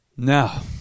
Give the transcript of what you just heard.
Now